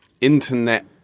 internet